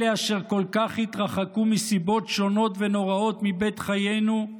אלה אשר כל כך התרחקו מסיבות שונות ונוראות מבית חיינו,